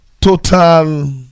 total